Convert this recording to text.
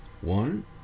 One